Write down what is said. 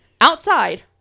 outside